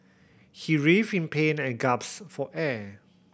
he writhed in pain and gasped for air